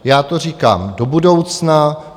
Já to říkám do budoucna.